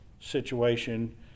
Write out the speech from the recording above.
situation